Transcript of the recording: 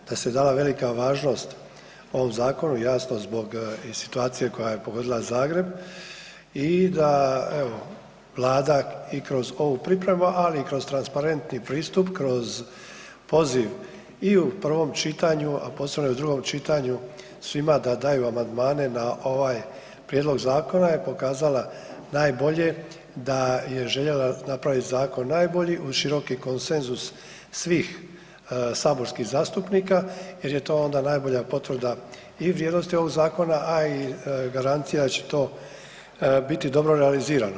Da se dala velika važnost ovom zakonu, jasno zbog i situacije koja je pogodila Zagreb i da evo, Vlada i kroz ovu pripremu, ali i kroz transparentni pristup, kroz poziv i u prvom čitanju, a posebno i u drugom čitanju, svima da daju amandmane na ovaj prijedlog zakona je pokazala najbolje, da je željela napraviti zakon najbolji uz široki konsenzus svih saborskih zastupnika jer je to onda najbolja potvrda i vrijednosti ovog zakona, a i garancija da će to biti dobro realizirano.